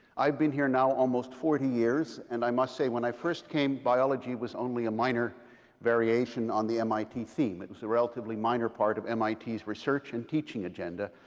i've been here now almost forty years. and i must say, when i first came, biology was only a minor variation on the mit theme. it was a relatively minor part of mit's research and teaching agenda.